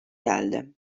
geldi